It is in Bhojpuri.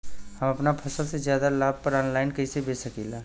हम अपना फसल के ज्यादा लाभ पर ऑनलाइन कइसे बेच सकीला?